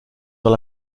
dans